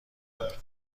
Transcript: کنید